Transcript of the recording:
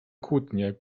kłótnie